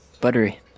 buttery